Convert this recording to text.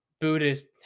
Buddhist